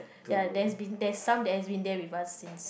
ya there's been there's some that has been there with us since